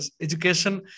education